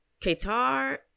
Qatar